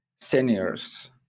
seniors